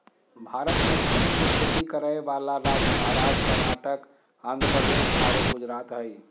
भारत में कुसुम के खेती करै वाला राज्य महाराष्ट्र, कर्नाटक, आँध्रप्रदेश आरो गुजरात हई